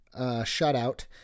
shutout